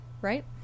right